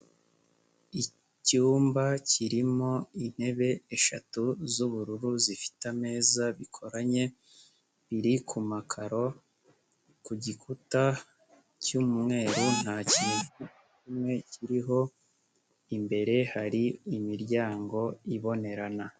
Icyumba kirimo intebe eshatu z'ubururu zifite ameza bikoranye, biri ku makaro, ku gikuta cy'umweru nta kintu na kimwe kiriho, imbere hari imiryango ibonerana.